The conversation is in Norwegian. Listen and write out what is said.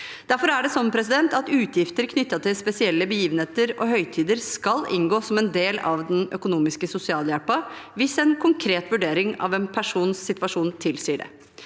familier trenger. Utgifter knyttet til spesielle begivenheter og høytider skal inngå som en del av den økonomiske sosialhjelpen hvis en konkret vurdering av personens situasjon tilsier det.